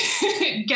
get